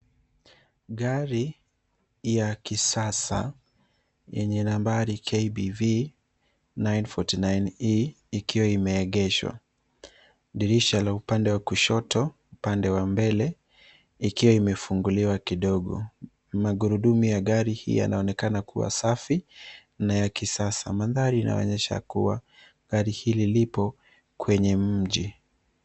Gari ya kisasa yenye nambari KBV 949E, ikiwa imeegeshwa. Dirisha la upande wa kushoto, upande wa mbele, ikiwa imefunguliwa kidogo. Magurudumu ya ngari hii yanaonekana kua safi na ya kisasa. Mandhari inaonyesha kua gari hili lipo kwenye mji.